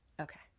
Okay